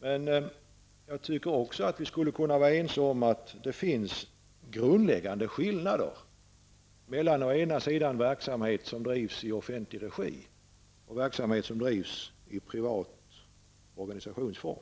Men jag tycker också att vi skall kunna vara ense om att det finns grundläggande skillnader mellan verksamhet som drivs i offentlig regi och verksamhet som drivs i privat organisationsform.